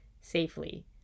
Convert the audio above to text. safely